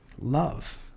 love